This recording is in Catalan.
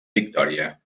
victòria